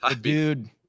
Dude